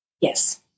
Yes